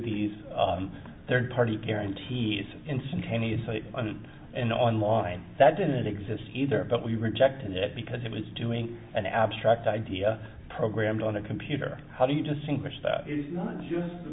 these third party guarantees instantaneously and an online that didn't exist either but we rejected it because it was doing an abstract idea programmed on a computer how do you distinguish that is not just